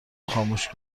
خاموش